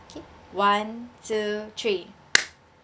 okay one two three